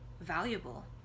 valuable